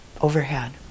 overhead